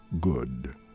good